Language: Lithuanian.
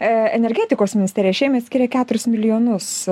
energetikos ministerija šiemet skiria keturis milijonus